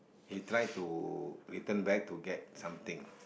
he try to return back to get something